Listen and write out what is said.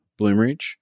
Bloomreach